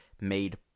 made